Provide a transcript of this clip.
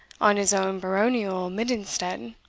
on his own baronial midden-stead.